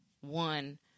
one